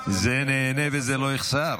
זה נהנה וזה לא יחסר.